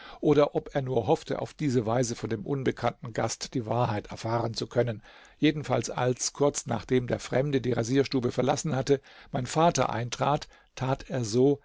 oder ob er nur hoffte auf diese weise von dem unbekannten gast die wahrheit erfahren zu können jedenfalls als kurz nachdem der fremde die rasierstube verlassen hatte mein vater eintrat tat er so